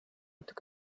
took